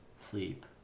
sleep